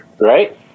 right